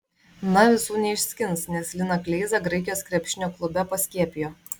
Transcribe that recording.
na visų neišskins nes liną kleizą graikijos krepšinio klube paskiepijo